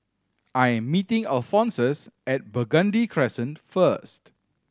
I am meeting Alphonsus at Burgundy Crescent first